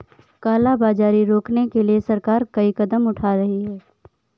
काला बाजारी रोकने के लिए सरकार कई कदम उठा रही है